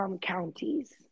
counties